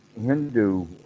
Hindu